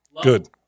Good